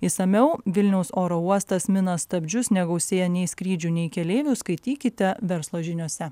išsamiau vilniaus oro uostas mina stabdžius negausėja nei skrydžių nei keleivių skaitykite verslo žiniose